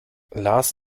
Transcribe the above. lars